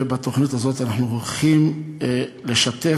ובתוכנית הזאת אנחנו הולכים לשתף